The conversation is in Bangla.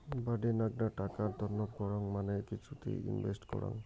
বাডেনগ্না টাকা তন্ন করাং মানে কিছুতে ইনভেস্ট করাং